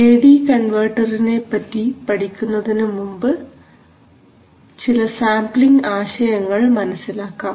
A D കൺവെർട്ടറിനെപ്പറ്റി പഠിക്കുന്നതിനു മുമ്പ് ചില സാംപ്ലിങ് ആശയങ്ങൾ മനസ്സിലാക്കാം